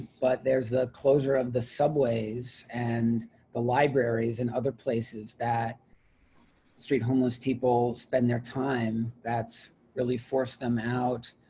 but there's the closure of the subways and the libraries and other places that street homeless people spend their time. that's really forced them out.